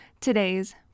today's